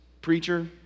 preacher